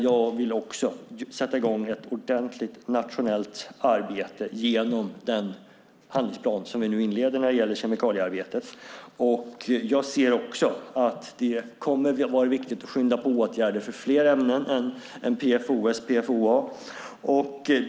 Jag vill också sätta i gång ett ordentligt nationellt arbete genom den handlingsplan som vi nu inleder när det gäller kemikaliearbetet. Jag ser också att det kommer att vara viktigt att skynda på åtgärder för fler ämnen än PFOS och PFOA.